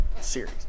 series